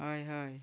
हय हय